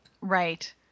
Right